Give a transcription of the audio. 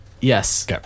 Yes